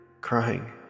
crying